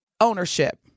ownership